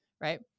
right